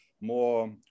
more